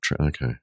okay